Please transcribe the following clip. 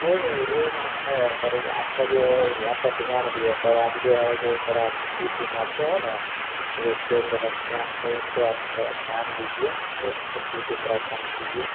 नहीं नहीं वो बात है पर एक आपका जो है आप पर ध्यान भी है तब आप जो है जो थोड़ा छुट्टी ऊट्टी मारते हैं ना वह उसपे थोड़ा ध्यान वह उसपे आप थोड़ा ध्यान दीजिए और छुट्टी ऊट्टी थोड़ा कम कीजिए